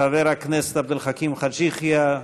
חבר הכנסת עבד אל חכים חאג' יחיא,